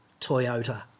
Toyota